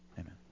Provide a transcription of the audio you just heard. Amen